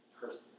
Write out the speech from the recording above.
person